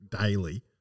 daily